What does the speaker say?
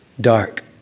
Dark